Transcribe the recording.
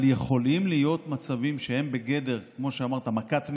אבל יכולים להיות מצבים שהם בגדר מכת מדינה,